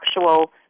actual